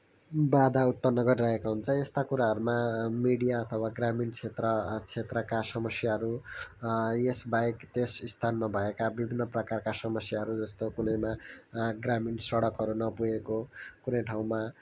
बाधा उत्पन्न गरिरहेको हुन्छ यस्ता कुराहरूमा मिडिया अथवा ग्रामीण क्षेत्र क्षेत्रका समस्याहरू यसबाहेक त्यस स्थानमा भएका विभिन्न प्रकारका समस्याहरू जस्तो कुनैमा ग्रामीण सडकहरू नपुगेको कुनै ठाउँमा